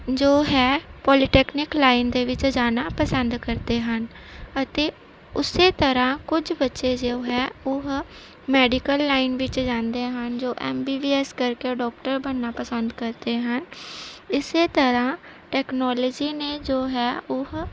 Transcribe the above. ਜੋ ਹੈ polytechnic line ਦੇ ਵਿੱਚ ਜਾਣਾ ਪਸੰਦ ਕਰਦੇ ਹਨ ਅਤੇ ਉਸ ਤਰ੍ਹਾਂ ਕੁਝ ਬੱਚੇ ਜੋ ਹੈ ਉਹ ਮੈਡੀਕਲ ਲਾਈਨ ਵਿੱਚ ਜਾਂਦੇ ਹਨ ਜੋ ਐਮ ਬੀ ਬੀ ਐਸ ਕਰਕੇ ਡਾਕਟਰ ਬਣਨਾ ਪਸੰਦ ਕਰਦੇ ਹਨ ਇਸ ਤਰ੍ਹਾਂ ਟੈਕਨੋਲਜੀ ਨੇ ਜੋ ਹੈ ਉਹ